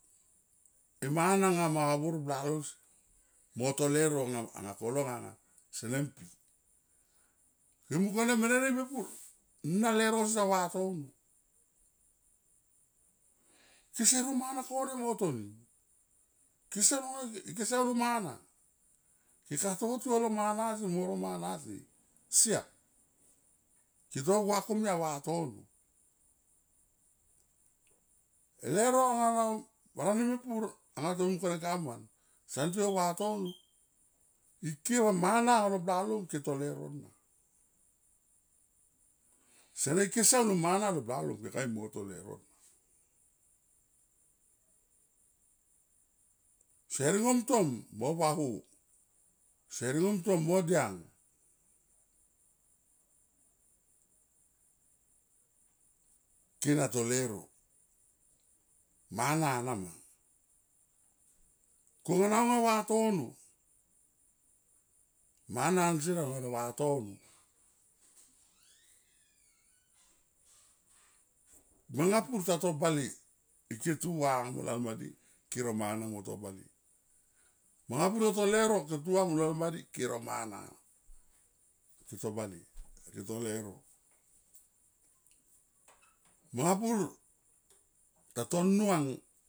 E mana nga mo habor blalol sier moto leuro anga kolo nga sene mpi. Ke mung kone mene ni mepur na leuro si ta vatono kese ro mana kore mo toni, kese ro mana ke ka to tiou lo mana si mo ro mana si siam. Keto gua komica vatono. E leuro nga na barani mepur anga time mung kone govman son tiou vatono ike va mana lo blaolm ke to leuro no sene ike siam lo mana lo bla lem ke ka mui mo to leuro na se ringom tom mo va ho se ringom tom mo diang kena to leuro mana nama kona anga vatono mana nsier alo ne vatono manga pur ta to bale ike tu va molo la guadi. Kero mana mo to bale manga pur ta to leuro ke tua va molalgua di ke ro mana. Keto bale keto leuro manga pur tato nuang.